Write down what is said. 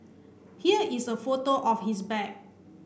here is a photo of his bag